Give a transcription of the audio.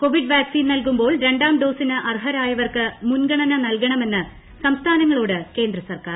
Covid vaccine നൽകു്മ്പ്പോൾ രണ്ടാം ഡോസിന് അർഹരായവർക്ക് മുൻഗണിനി നൽകണമെന്ന് സംസ്ഥാനങ്ങളോട് കേന്ദ്രൻർക്കാർ